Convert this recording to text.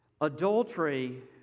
Adultery